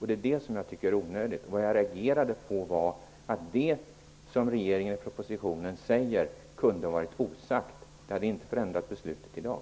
Det är detta som jag tycker är onödigt. Vad jag reagerade på var att det som regeringen säger i propositionen kunde ha varit osagt. Det hade inte förändrat beslutet i dag.